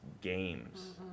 games